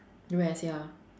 west ya